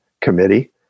committee